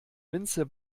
minze